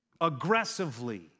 aggressively